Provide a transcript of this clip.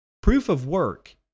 Proof-of-work